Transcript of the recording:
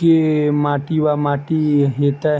केँ माटि वा माटि हेतै?